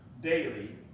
daily